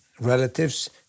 relatives